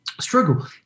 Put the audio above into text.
struggle